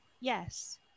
yes